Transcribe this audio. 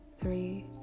three